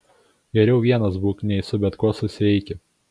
geriau vienas būk nei su bet kuo susieiki